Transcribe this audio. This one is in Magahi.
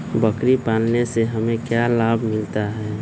बकरी पालने से हमें क्या लाभ मिलता है?